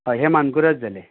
हय हे माणकुराद जाले